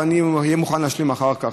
ואני אהיה מוכן להשלים אחר כך,